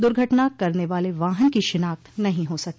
दुर्घटना करने वाले वाहन की शिनाख्त नहीं हो सकी